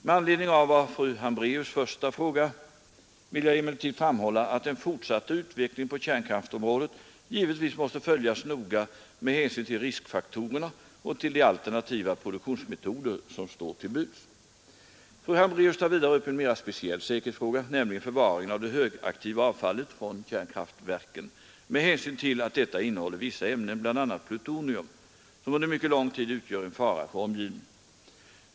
Med anledning av fru Hambraeus” första fråga vill jag emellertid framhålla att den fortsatta utvecklingen på kärnkraftområdet givetvis måste följas noga med hänsyn till riskfaktorerna och till de alternativa produktionsmetoder som står till buds. Fru Hambraeus tar vidare upp en mera speciell säkerhetsfråga, nämligen förvaringen av det högaktiva avfallet från kärnkraftverken med hänsyn till att detta innehåller vissa ämnen — bl.a. plutonium — som under mycket lång tid utgör en fara för omgivningen.